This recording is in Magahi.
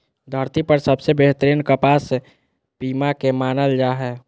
धरती पर सबसे बेहतरीन कपास पीमा के मानल जा हय